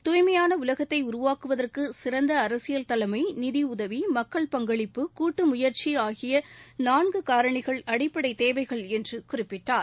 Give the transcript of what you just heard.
தூய்மையான உலகத்தை உருவாக்குவதற்கு சிறந்த அரசியல் தலைமை நிதியுதவி மக்கள் பங்களிப்பு கூட்டு முயற்சி ஆகிய நான்கு காரணிகள் அடிப்படை தேவைகள் என்று குறிப்பிட்டார்